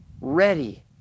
ready